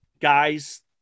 guys